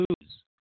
lose